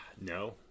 No